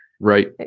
right